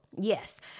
Yes